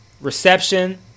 reception